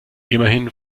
immerhin